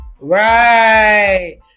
Right